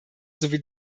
sowie